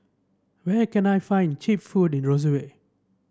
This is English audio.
where can I find cheap food in Roseau